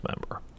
member